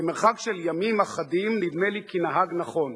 במרחק של ימים אחדים נדמה לי שנהג נכון.